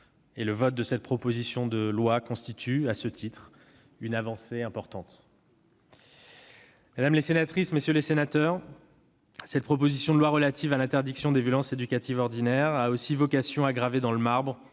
Le vote de cette proposition de loi constituera, à ce titre, une avancée importante. Mesdames les sénatrices, messieurs les sénateurs, cette proposition de loi relative à l'interdiction des violences éducatives ordinaires a aussi vocation à graver dans le marbre